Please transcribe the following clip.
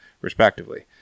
respectively